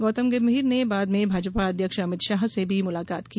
गौतम गंभीर ने बाद में भाजपा अध्यक्ष अमित शाह से भी मुलाकात की